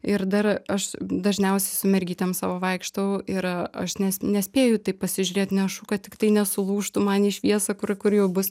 ir dar aš dažniausiai su mergytėm savo vaikštau ir aš nes nespėju tai pasižiūrėt nešu kad tiktai nesulūžtų man į šviesą kur kur jau bus